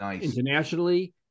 internationally